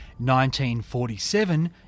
1947